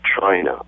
China